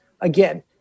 again